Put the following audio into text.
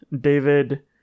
David